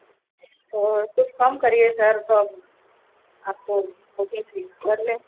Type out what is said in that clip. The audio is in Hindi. तो कुछ कम करिए सर तो आप आपको बुकिंग थी कर लें